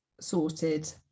sorted